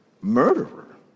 murderer